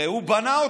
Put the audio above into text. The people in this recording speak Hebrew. הרי הוא בנה אותה,